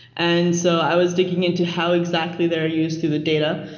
and so i was digging into how exactly they're used to the data.